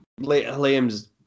Liam's